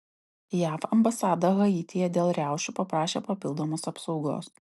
jav ambasada haityje dėl riaušių paprašė papildomos apsaugos